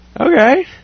okay